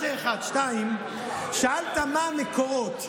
זה, 1. 2. שאלת מהם המקורות.